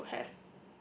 you have